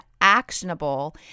actionable